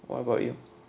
what about you